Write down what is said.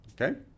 Okay